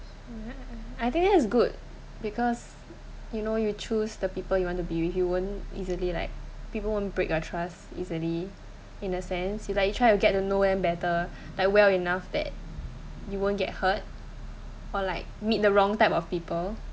I think it's good because you know you choose the people you want to be with you won't easily like people won't break your trust easily in a sense like you try to get to know them better like well enough that you won't get hurt or like meet the wrong type of people